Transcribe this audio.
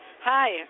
Hi